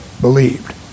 believed